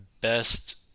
best